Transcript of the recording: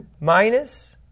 minus